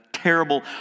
terrible